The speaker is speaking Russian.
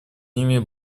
ними